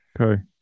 Okay